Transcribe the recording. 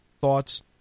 thoughts